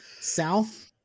south